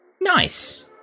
Nice